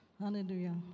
Hallelujah